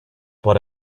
but